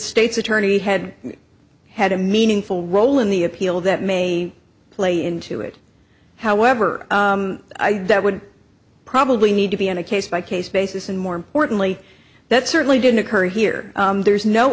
state's attorney had had a meaningful role in the appeal that may play into it however i did that would probably need to be on a case by case basis and more importantly that certainly didn't occur here there's no